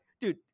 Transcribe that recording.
dude